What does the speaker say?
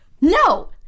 no